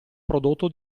prodotto